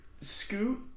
Scoot